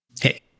Hey